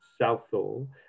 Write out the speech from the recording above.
Southall